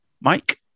Mike